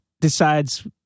decides